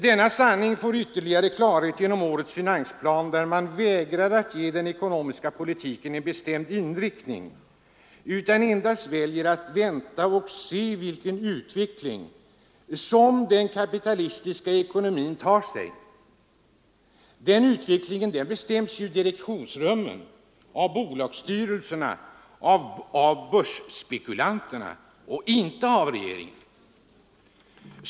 Denna sanning får ytterligare klarhet genom årets finansplan där man vägrar att ge den ekonomiska politiken en bestämd inriktning och endast väljer att vänta och se vilken utveckling som den kapitalistiska ekonomin får. Den utvecklingen bestäms i direktionsrummen, av bolagsstyrelserna och av börsspekulanterna och inte av regeringen.